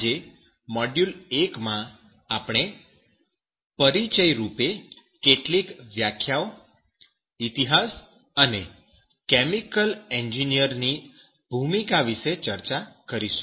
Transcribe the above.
આજે મોડ્યુલ 1 માં આપણે પરિચય રૂપે કેટલીક વ્યાખ્યાઓ ઈતિહાસ અને કેમિકલ એન્જિનિયર ની ભૂમિકા વિશે ચર્ચા કરીશું